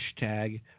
Hashtag